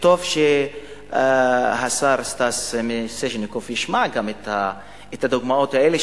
וטוב שהשר סטס מיסז'ניקוב גם ישמע את הדוגמאות האלה,